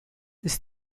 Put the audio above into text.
ist